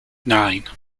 nine